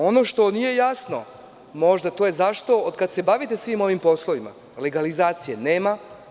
Ono što nije jasno, to je možda – zašto od kad se bavite svim ovim poslovima legalizacije nema?